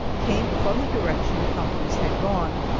came from the direction the companies had gone,